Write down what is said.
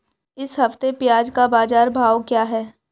इस हफ्ते प्याज़ का बाज़ार भाव क्या है?